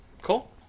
Cool